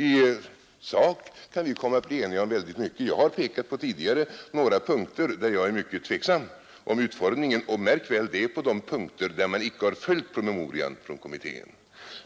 I sak kan vi komma att bli eniga om mycket. Jag har tidigare pekat på några punkter där jag är mycket tveksam om utformningen — och märk väl att det är på de punkter där man icke har följt promemorian från kommittén.